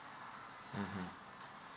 mmhmm